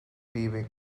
leaving